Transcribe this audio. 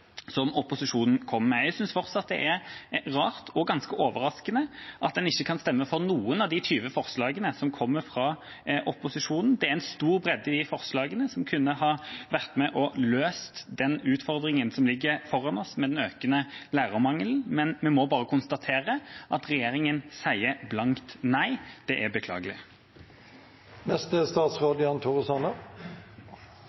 som opposisjonen kommer med. Jeg synes fortsatt det er rart, og ganske overraskende, at en ikke kan stemme for noen av de 20 forslagene som kommer fra opposisjonen. Det er en stor bredde i forslagene, som kunne ha vært med og løst den utfordringen som ligger foran oss med den økende lærermangelen. Men vi må bare konstatere at regjeringa sier blankt nei. Det er beklagelig.